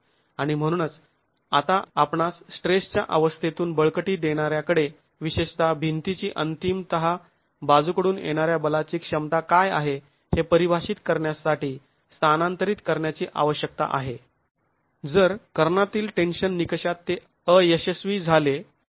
आणि म्हणूनच आता आपणास स्ट्रेसच्या अवस्थेतून बळकटी देणाऱ्याकडे विशेषत भिंतीची अंतिमतः बाजूकडून येणाऱ्या बलाची क्षमता काय आहे हे परिभाषित करण्यासाठी स्थानांतरित करण्याची आवश्यकता आहे जर कर्णातील टेन्शन निकषात ते अयशस्वी झाले तर